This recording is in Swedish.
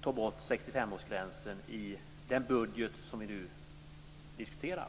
ta bort 65-årsgränsen i den budget som vi nu diskuterar.